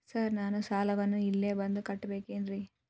Sir ನಾನು ಸಾಲವನ್ನು ಇಲ್ಲೇ ಬಂದು ಕಟ್ಟಬೇಕೇನ್ರಿ?